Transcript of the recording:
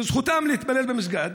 וזכותם להתפלל במסגד.